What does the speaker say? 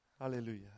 Hallelujah